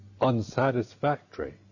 unsatisfactory